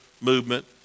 Movement